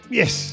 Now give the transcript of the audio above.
yes